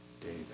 David